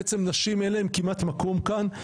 בעצם לנשים אין כמעט מקום כאן.